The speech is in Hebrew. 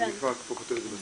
אני כבר כותב את זה בסיכומים.